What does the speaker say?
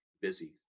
busy